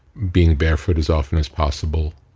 being barefoot as often as possible,